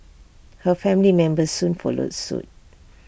her family members soon followed suit